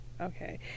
okay